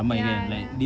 ya ya